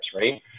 right